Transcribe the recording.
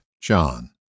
John